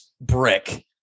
brick